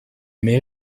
mai